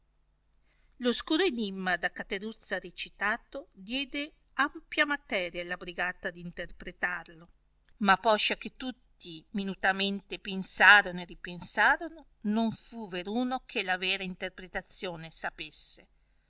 oscuro enimma da cataruzza recitato diede ampia materia alla brigata d interpretarlo ma poscia che tutti minutamente pensarono e ripensarono non fu veruno che la vera interpretazione sapesse